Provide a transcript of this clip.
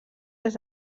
des